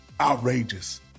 outrageous